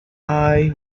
eye